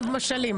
זה אופיר.